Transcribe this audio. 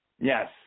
Yes